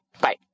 Bye